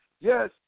Yes